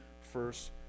first